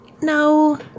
No